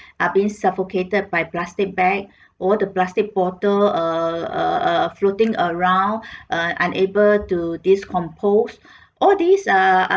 are being suffocated by plastic bag all the plastic bottle uh uh uh floating around uh unable to decomposed all these are are